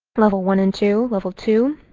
level one and two? level two?